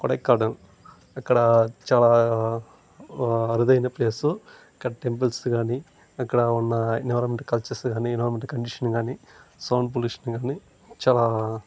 కొడైకడల్ అక్కడ చాలా అరుదైన ప్లేసు అక్కడ టెంపుల్స్ కానీ అక్కడ ఉన్న ఎన్విరాన్మెంట్ కల్చర్స్ కానీ ఎన్విరాన్మెంట్ కండిషన్ కానీ సౌండ్ పొల్యూషన్ కానీ చాలా